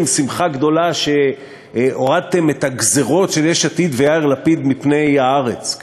שמחה גדולה שהורדתם את הגזירות של יש עתיד ויאיר לפיד מפני הארץ.